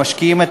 שמשקיעים את